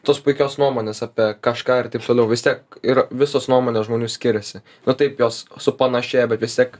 tos puikios nuomonės apie kažką ir taip toliau vis tiek ir visos nuomonės žmonių skiriasi nu taip jos supanašėja bet vis tiek